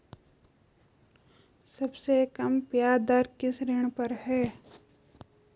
सबसे कम ब्याज दर किस ऋण पर है?